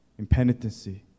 impenitency